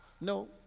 No